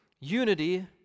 Unity